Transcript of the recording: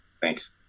Thanks